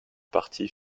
partie